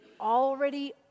already